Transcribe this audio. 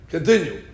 Continue